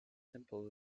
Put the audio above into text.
simple